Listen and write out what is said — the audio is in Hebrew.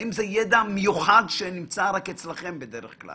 האם זה ידע מיוחד שנמצא רק אצלכם או